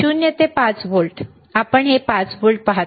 0 ते 5 व्होल्ट आपण हे 5 व्होल्ट्स पाहता